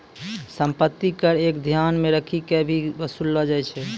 सम्पत्ति कर क ध्यान मे रखी क भी कर वसूललो जाय छै